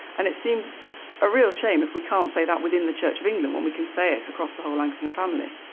and it seems a real shame if we can't say that within the church of england when we can say it across the whole anglican family.